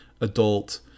adult